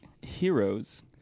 heroes